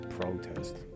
protest